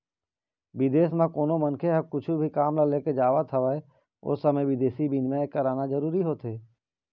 बिदेस म कोनो मनखे ह कुछु भी काम ल लेके जावत हवय ओ समे बिदेसी बिनिमय कराना जरूरी होथे